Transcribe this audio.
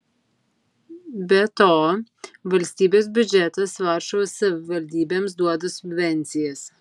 be to valstybės biudžetas varšuvos savivaldybėms duoda subvencijas